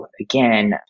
again